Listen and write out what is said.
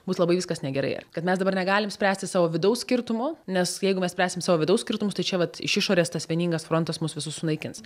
bus labai viskas negerai kad mes dabar negalim spręsti savo vidaus skirtumų nes jeigu mes spręsim savo vidaus skirtumus tai čia vat iš išorės tas vieningas frontas mus visus sunaikins